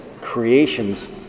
creations